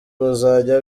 bazajya